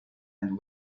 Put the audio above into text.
and